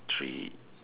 three